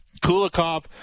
Kulikov